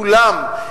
כולם.